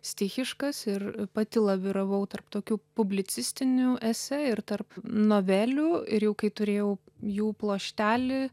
stichiškas ir pati laviravau tarp tokių publicistinių esė ir tarp novelių ir jau kai turėjau jų pluoštelį